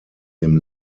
dem